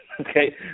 Okay